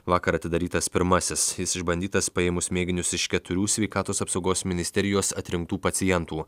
vakar atidarytas pirmasis jis išbandytas paėmus mėginius iš keturių sveikatos apsaugos ministerijos atrinktų pacientų